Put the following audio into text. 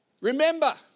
Remember